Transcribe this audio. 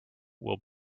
will